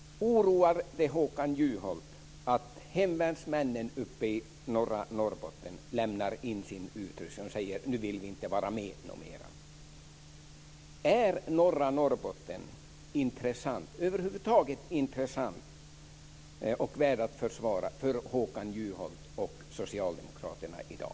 Oroar det Håkan Juholt att hemvärnsmännen uppe i norra Norrbotten lämnar in sin utrustning och säger: Nu vill vi inte mera vara med. Är norra Norrbotten över huvud taget intressant och värt att försvara för Håkan Juholt och Socialdemokraterna i dag?